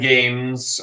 Games